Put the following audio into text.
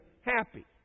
happy